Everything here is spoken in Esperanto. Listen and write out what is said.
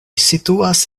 situas